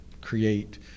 create